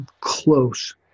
close